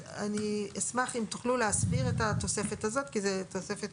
אני אשמח אם תוכלו להסביר את התוספת הזאת כי זו תוספת